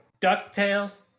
DuckTales